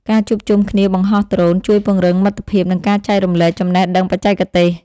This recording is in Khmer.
ការជួបជុំគ្នាបង្ហោះដ្រូនជួយពង្រឹងមិត្តភាព និងការចែករំលែកចំណេះដឹងបច្ចេកទេស។